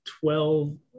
twelve